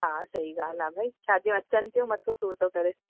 हा सही ॻाल्हि आहे भई शादियूं अचनि थियूं मथो सूरु थो करे